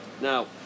Now